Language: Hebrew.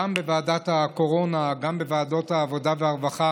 גם בוועדת הקורונה, גם בוועדת העבודה והרווחה,